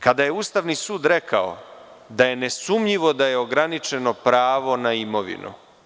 Kada je Ustavni sud rekao da je nesumnjivo da je nesumnjivo da je ograničeno pravo na imovinu.